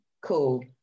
Cool